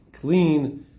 clean